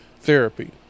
therapy